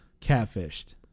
Catfished